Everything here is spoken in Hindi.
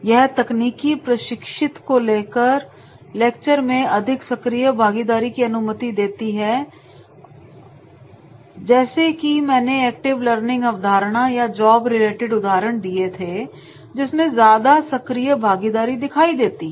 यह तकनीकी प्रशिक्षित को लेक्चर में अधिक सक्रिय भागीदारी की अनुमति देती है जैसे कि मैंने एक्टिव लर्निंग अवधारणा या जॉब रिलेटेड उदाहरण दिए थे जिसमें ज्यादा सक्रिय भागीदारी दिखाई देती है